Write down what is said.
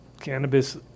cannabis